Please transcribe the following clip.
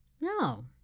No